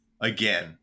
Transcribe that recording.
again